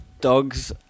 dogs